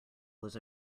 was